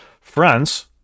France